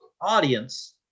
audience